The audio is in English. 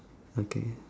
okay